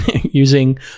using